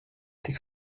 tik